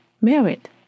married